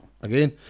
again